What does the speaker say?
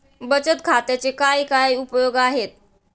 बचत खात्याचे काय काय उपयोग आहेत?